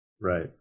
Right